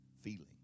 feeling